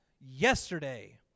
Yesterday